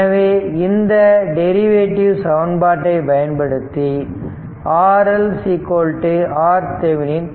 எனவே இந்த டெரிவேட்டிவ் சமன்பாட்டை பயன்படுத்தி RL RThevenin